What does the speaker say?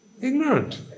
ignorant